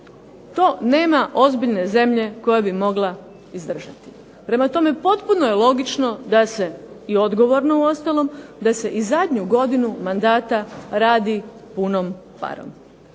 To nema ozbiljne zemlje koja bi mogla izdržati. Prema tome, potpuno je logično da se i odgovorno uostalom, da se i zadnju godinu mandata radi punom parom